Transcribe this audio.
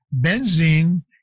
Benzene